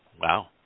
Wow